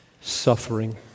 suffering